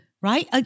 right